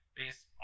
based